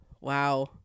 Wow